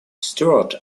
stewart